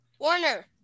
Warner